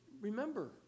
remember